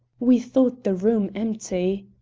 we thought the room empty.